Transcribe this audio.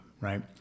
right